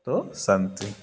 तु सन्ति